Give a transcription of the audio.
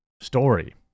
story